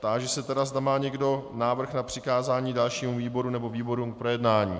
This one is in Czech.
Táži se tedy, zda má někdo návrh na přikázání dalšímu výboru nebo výborům k projednání.